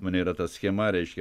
mane yra ta schema reiškia